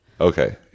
Okay